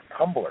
Tumblr